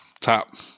top